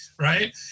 right